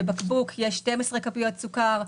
בבקבוק יש 12 כפיות סוכר.